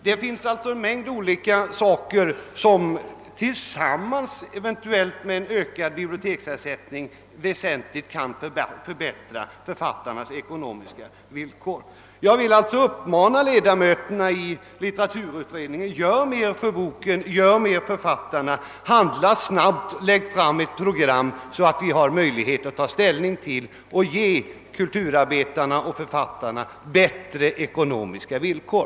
Det finns alltså en mängd olika saker som, eventuellt tillsammans med en väsentligt ökad biblioteksersättning, kan förbättra författarnas ekonomiska villkor. Jag vill därför uppmana ledamöterna i litteraturutredningen: Gör mer för boken, gör mer för författarna, handla snabbt, lägg fram ett program så att vi får möjlighet att ta ställning och ge kulturarbetarna och författarna bättre ekonomiska villkor!